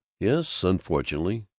yes! unfortunately!